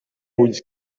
ulls